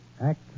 Act